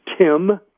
Tim